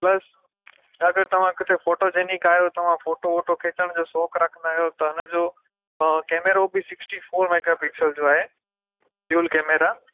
plus अगरि तव्हां किथे फ़ोटोजेनिक आहियो तव्हां फ़ोटो वोटो खिचण जो शौंक़ु रखंदा आहियो त हिन जो कैमरो बि सिक्स्टी फ़ोर मेगापिक्सल जो आहे डुअल कैमरा